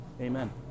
Amen